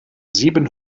sieben